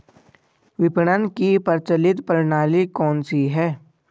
विपणन की प्रचलित प्रणाली कौनसी है?